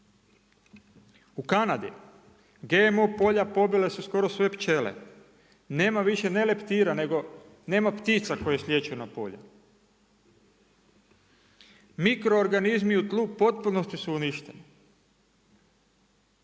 U Kanadi GMO polja pobila su skoro sve pčele. Nema više, ne leptira nego nema ptica koje slijeću na polja. Mikro organizmi u tlu u potpunosti su uništeni.